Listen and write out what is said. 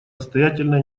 настоятельно